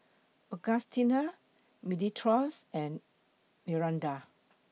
Augustina Dimitrios and Miranda